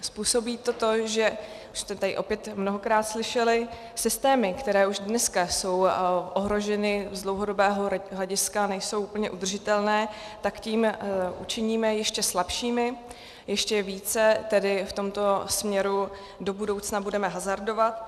Způsobí to to, že, už jste to tady opět mnohokrát slyšeli, systémy, které už dneska jsou ohroženy z dlouhodobého hlediska, nejsou úplně udržitelné, tak tím učiníme ještě slabšími, ještě více v tomto směru do budoucna budeme hazardovat.